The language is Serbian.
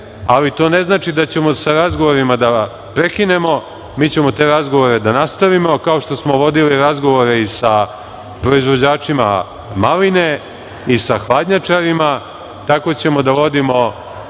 ali to ne znači da ćemo sa razgovorima da prekinemo. Mi ćemo te razgovore da nastavimo kao što smo vodili razgovore i sa proizvođačima maline i sa hladnjačarima. Tako ćemo da vodimo